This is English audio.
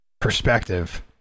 perspective